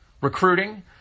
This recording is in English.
recruiting